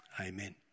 Amen